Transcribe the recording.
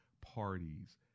parties